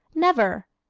never!